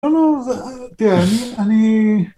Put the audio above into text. אני לא יודע, אני...